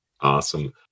Awesome